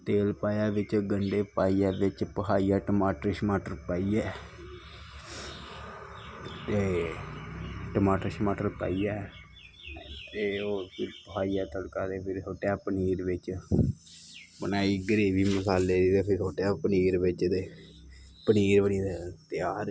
तेल पाया बिच्च गंढे पाइयै बिच्च भखाइयै टमाटर शमाटर पाइयै ते टमाटर शमाटर पाइयै ते ओह् फिर ओह् भखाइयै तड़का ते फिर सुट्टेआ पनीर बिच्च बनाई गरेबी मसाले दी ते फिर सुट्टेआ पनीर बिच्च ते पनीर बनी गेआ त्यार